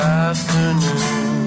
afternoon